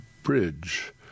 bridge